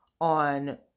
on